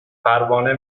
پروانه